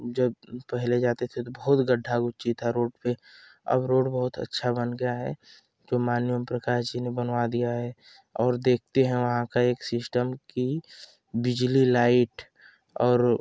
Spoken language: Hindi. जब पहले जाते थे तो बहुत गड्ढा गुच्ची था रोड पर अब रोड बहुत अच्छा बन गया है जो माननीय ओमप्रकाश जी ने बनवा दिया है और देखते हैं वहाँ का एक सिश्टम कि बिजली लाइट और